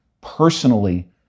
personally